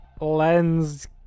Len's